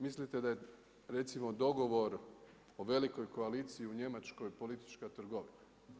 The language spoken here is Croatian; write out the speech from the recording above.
Mislite da je recimo, dogovor o velikoj koalicija u Njemačkoj politička trgovina.